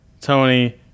tony